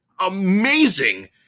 amazing